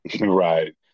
Right